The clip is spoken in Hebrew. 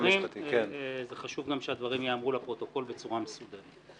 וחשוב שהדברים ייאמרו לפרוטוקול בצורה מסודרת.